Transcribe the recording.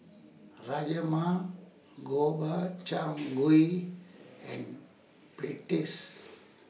Rajma Gobchang Gui and Pretzel